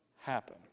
happen